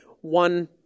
one